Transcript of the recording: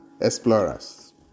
explorers